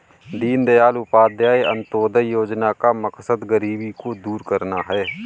दीनदयाल उपाध्याय अंत्योदय योजना का मकसद गरीबी को दूर करना है